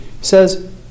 says